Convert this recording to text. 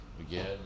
again